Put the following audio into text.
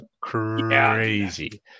crazy